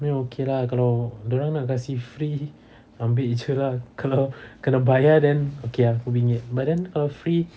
oo okay lah kalau dia orang nak kasih free ambil jer lah kalau kalau bayar then okay ah aku bingit but then kalau free